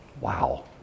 Wow